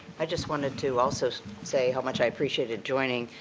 i just wanted to also say how much i appreciated joining.